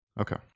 Okay